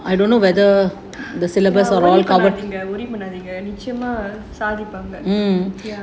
worry பண்ணாதீங்க கண்டிப்பா சாதிப்பாங்க:pannaathinga kandippaa saathippaanga